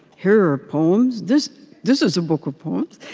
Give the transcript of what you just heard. here are poems. this this is a book of poems.